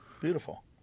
Beautiful